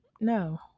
No